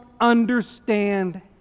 understand